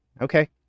Okay